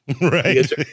right